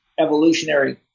evolutionary